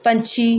ਪੰਛੀ